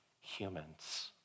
humans